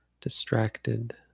distracted